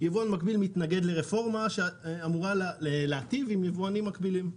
שיבואן מקביל מתנגד לרפורמה שאמורה להיטיב עם יבואנים מקבילים.